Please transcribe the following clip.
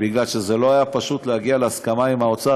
כי זה לא היה פשוט להגיע להסכמה עם האוצר.